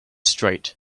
straight